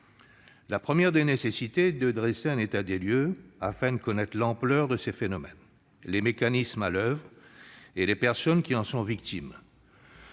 La première des nécessités est de dresser un état des lieux, afin de connaître l'ampleur de ces phénomènes, les mécanismes à l'oeuvre et les personnes qui en sont victimes.